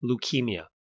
Leukemia